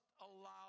allow